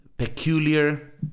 Peculiar